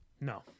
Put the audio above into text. No